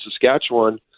Saskatchewan